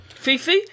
Fifi